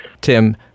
tim